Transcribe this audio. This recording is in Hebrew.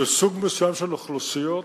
שסוג מסוים של אוכלוסיות,